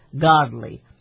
godly